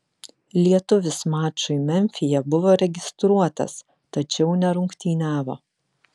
lietuvis mačui memfyje buvo registruotas tačiau nerungtyniavo